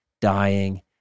dying